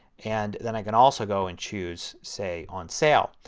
and then i can also go and choose say on sale.